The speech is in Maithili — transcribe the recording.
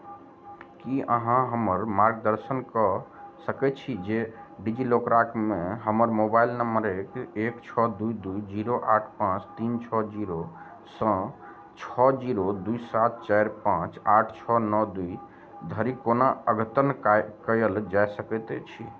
की अहाँ हमर मार्गदर्शन कऽ सकैत छी जे डिजि लॉकरकमे हमर मोबाइल नम्बरक एक छओ दू दू जीरो आठ पाँच तीन छओ जीरोसँ छओ जीरो दू सात चारि पाँच आठ छओ नओ दू धरि कोना अद्यतन कए कयल जा सकैत अछि